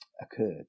occurred